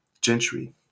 gentry